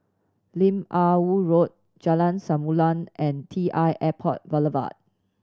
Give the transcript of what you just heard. Lim Ah Woo Road Jalan Samulun and T I Airport Boulevard